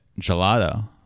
gelato